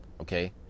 okay